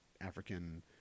African